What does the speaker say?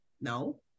No